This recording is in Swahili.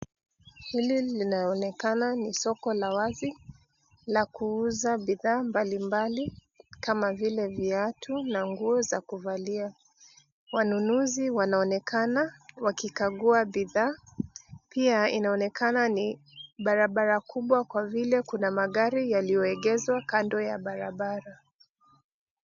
Hili linaonekana ni soko la wazi la kuuza bidhaa mbalimbali kama vile viatu na nguo za kuvalia. Wanunuzi wanaonekana wakikagua bidhaa. Pia inaonekana ni barabara kubwa kwa vile kuna magari yaliyoegezwa kando ya barabara.